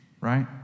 right